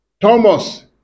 Thomas